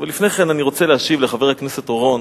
אבל לפני כן אני רוצה להשיב לחבר הכנסת אורון,